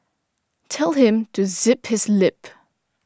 tell him to zip his lip